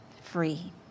free